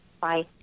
Bye